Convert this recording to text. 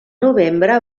novembre